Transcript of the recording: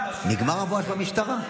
נגמר הבואש במשטרה.